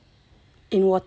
in water oo